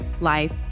life